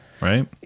right